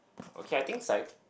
okay I think psych